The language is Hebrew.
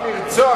שיפסיק לרצוח,